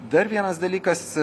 dar vienas dalykas